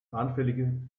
anfälliger